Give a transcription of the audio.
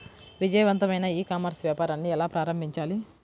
విజయవంతమైన e commerce వ్యాపారాన్ని ఎలా ప్రారంభించాలి?